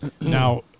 Now